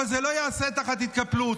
אבל זה לא ייעשה תחת התקפלות.